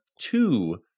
two